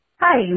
Hi